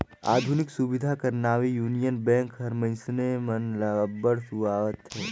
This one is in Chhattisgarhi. आधुनिक सुबिधा कर नावें युनियन बेंक हर मइनसे मन ल अब्बड़ सुहावत अहे